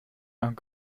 and